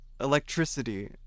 Electricity